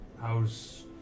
How's